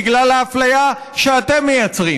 בגלל האפליה שאתם יוצרים,